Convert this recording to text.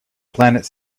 planet